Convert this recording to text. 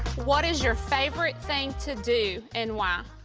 what is your favorite thing to do and why?